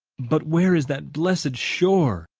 but where is that blessed shore?